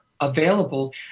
available